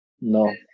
No